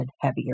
heavier